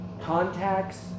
contacts